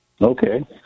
Okay